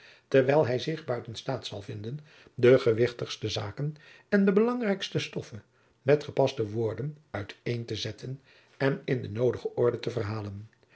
terwijl hij zich buiten staat zal vinden de gewichtigste zaken en de belangrijkste stoffe met gepaste woorden uit een te zetten en in de noodige orde te verhalen